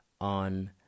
on